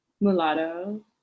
mulatto